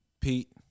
pete